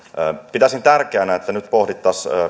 pitäisin tärkeänä että nyt pohdittaisiin